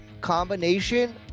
combination